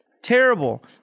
Terrible